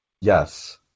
Yes